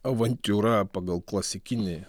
avantiūra pagal klasikinį